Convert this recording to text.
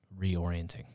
reorienting